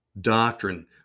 doctrine